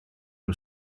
nhw